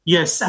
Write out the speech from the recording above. Yes